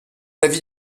l’avis